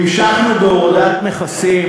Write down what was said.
המשכנו בהורדת מכסים,